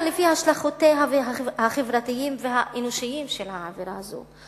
לפי השלכותיה החברתיות והאנושיות של עבירה זו.